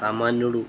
సామాన్యుడు